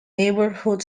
neighborhood